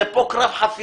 זה לא עניין של שמרנות.